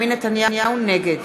נגד